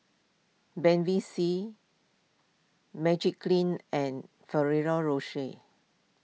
Bevy C Magiclean and Ferrero Rocher